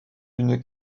une